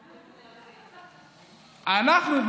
אנחנו,